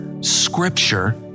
Scripture